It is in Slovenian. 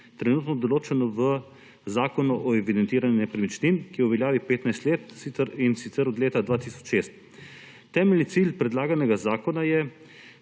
trenutno določeno v Zakonu o evidentiranju nepremičnin, ki je v veljavi 15 let, in sicer od leta 2006. Temeljni cilj predlaganega zakona je,